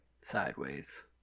Sideways